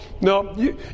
no